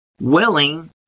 willing